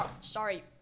Sorry